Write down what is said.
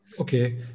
Okay